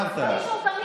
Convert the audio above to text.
תודה.